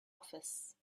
office